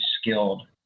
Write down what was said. skilled